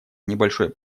небольшой